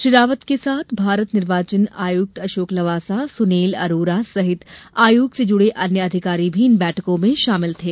श्री रावत के साथ निर्वाचन आयुक्त अशोक लवासा और सुनील अरोरा सहित आयोग से जुड़े अन्य अधिकारी भी इन बैठकों में शामिल थे